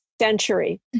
century